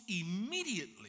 immediately